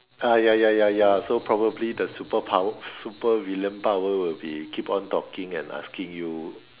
I ya ya ya ya so probably the super power super villain power will be keep on talking and asking you